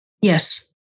Yes